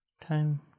time